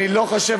אני חושב,